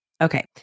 Okay